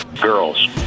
Girls